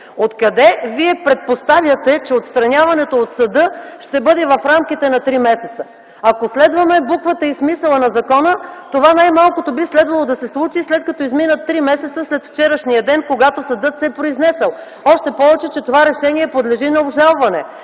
Откъде Вие предпоставяте, че отстраняването от съда ще бъде в рамките на три месеца? Ако следваме буквата и смисъла на закона, това най-малкото би следвало да се случи, след като изминат три месеца след вчерашния ден, когато съдът се е произнесъл, още повече това решение подлежи на обжалване.